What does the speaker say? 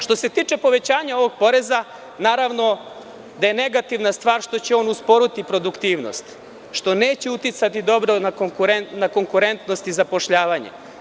Što se tiče povećanja ovog poreza, naravno da je negativna stvar što će on usporiti produktivnost, što neće uticati dobro na konkurentnost i zapošljavanje.